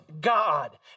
God